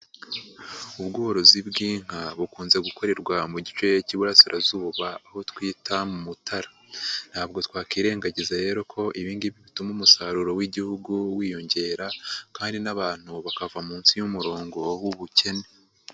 Ubworozi bw'inka bukunze gukorerwa mu gice cy'Iburasirazuba aho twita mu Mutara, ntabwo twakwirengagiza rero ko ibi ngibi bituma umusaruro w'igihugu wiyongera kandi n'abantu bakava munsi y'umurongo w'ubukene.